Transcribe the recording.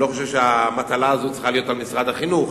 אני לא חושב שהמטלה הזאת צריכה להיות על משרד החינוך.